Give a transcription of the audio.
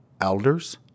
elders